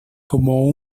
como